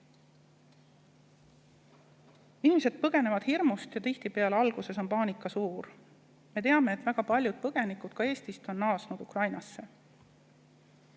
Inimesed põgenevad hirmu tõttu ja tihtipeale on alguses paanika suur. Me teame, et väga paljud põgenikud ka Eestist on naasnud Ukrainasse.